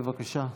בבקשה.